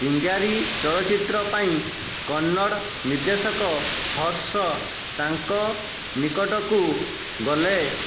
ଚିଙ୍ଗାରୀ ଚଳଚ୍ଚିତ୍ର ପାଇଁ କନ୍ନଡ଼ ନିର୍ଦ୍ଦେଶକ ହର୍ଷ ତାଙ୍କ ନିକଟକୁ ଗଲେ